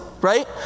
right